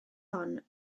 hon